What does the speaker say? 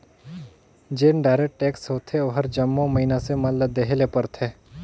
जेन indirect tax होथे ओहर जम्मो मइनसे मन ल देहे ले परथे